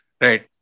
Right